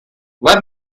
let